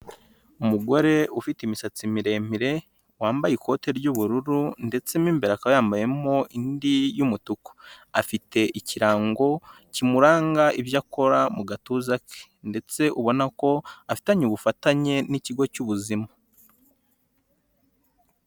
Umugore ufite imisatsi miremire wambaye ikote ry'ubururu ndetse n'imbere akaba yambayemo indi y'umutuku, afite ikirango kimuranga ibyo akora mu gatuza ke ndetse ubona ko afitanye ubufatanye n'ikigo cy'ubuzima.